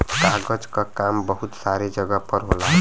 कागज क काम बहुत सारे जगह पर होला